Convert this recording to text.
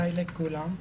הי לכולם.